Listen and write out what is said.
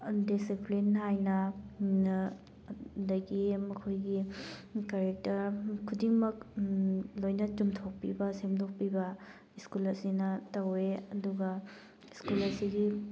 discipline ꯅꯥꯏꯅ ꯑꯗꯒꯤ ꯃꯈꯣꯏꯒꯤ ꯀꯔꯦꯛꯇꯔ ꯈꯨꯗꯤꯡꯃꯛ ꯂꯣꯏꯅ ꯆꯨꯝꯊꯣꯛꯄꯤꯕ ꯁꯦꯝꯗꯣꯛꯄꯤꯕ ꯁ꯭ꯀꯨꯜ ꯑꯁꯤꯅ ꯇꯧꯋꯦ ꯑꯗꯨꯒ ꯁ꯭ꯀꯨꯜ ꯑꯁꯤꯒꯤ